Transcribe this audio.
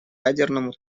ядерному